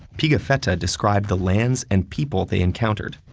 pigafetta described the lands and people they encountered.